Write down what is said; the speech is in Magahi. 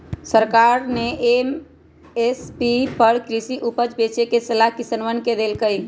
सरकार ने एम.एस.पी पर कृषि उपज बेचे के सलाह किसनवन के देल कई